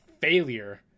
failure